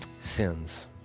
sins